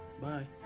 Bye